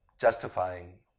justifying